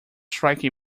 strike